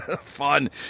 Fun